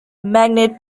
magnet